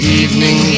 evening